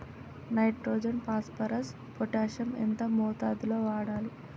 Nitrogen phosphorus potassium ఎంత మోతాదు లో వాడాలి?